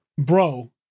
Bro